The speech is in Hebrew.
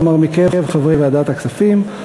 כלומר מקרב חברי ועדת הכספים.